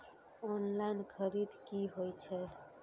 Online खरीद की होए छै?